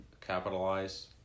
capitalize